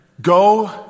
Go